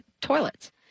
toilets